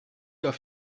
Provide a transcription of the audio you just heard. auf